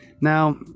now